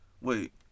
Wait